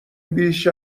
بیش